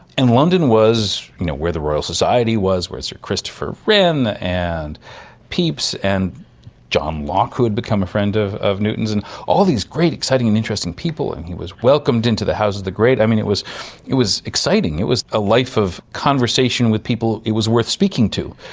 and london was you know where the royal society was, where sir christopher wren and pepys and john lockwood became friends of of newton's, and all these great exciting and interesting people, and he was welcomed into the houses of the great, i mean, it was it was exciting, it was a life of conversation with people it was worth speaking to.